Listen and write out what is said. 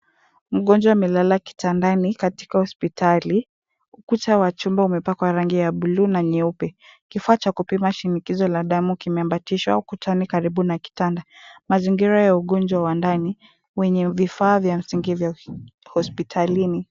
Mgonjwa amelala kitandani katika hospitali. Ukuta wa chumba umepakwa rangi ya bluu na nyeupe. Kifaa cha kupima shinikizo la damu kimeambatishwa ukutani karibu na kitanda. Mazingira ya ugonjwa wa ndani, wenye vifaa vya msingi vya hospitalini.